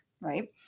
right